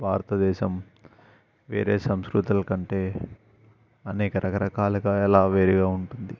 భారతదేశం వేరే సంస్కృతులు కంటే అనేక రకరకాలుగా ఎలా వేరి ఉంటుంది